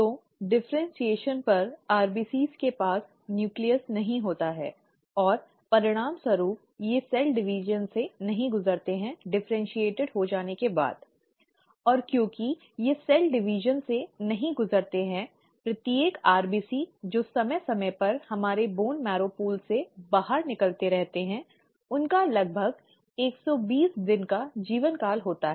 तो डिफ़र्इन्शीएशन पर RBCs के पास न्यूक्लियस नहीं होता है और परिणामस्वरूप ये कोशिका विभाजन से नहीं गुजरते हैं डिफरेन्शीऐट हो जाने के बाद और क्योंकि ये कोशिका विभाजन से नहीं गुजरते हैं प्रत्येक RBC जो समय समय पर हमारे बोन मैरो पूल से बाहर निकलते रहते हैं उसका लगभग 120 दिनों का जीवन काल होता है